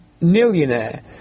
Millionaire